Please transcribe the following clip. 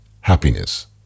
happiness